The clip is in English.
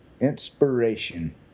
Inspiration